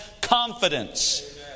Confidence